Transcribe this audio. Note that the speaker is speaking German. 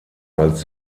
als